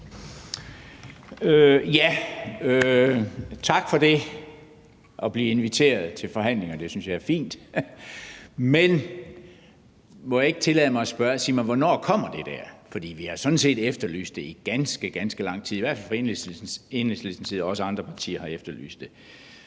Tak for det. At blive inviteret til forhandlinger synes jeg er fint. Men må jeg ikke tillade mig at spørge: Sig mig, hvornår kommer det der? For vi har sådan set efterlyst det i ganske, ganske lang tid, i hvert fald fra Enhedslistens side, men også andre partier har efterlyst det.